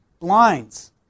blinds